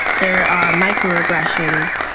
there are microaggressions,